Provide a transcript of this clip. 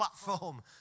platform